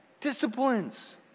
disciplines